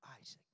Isaac